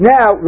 Now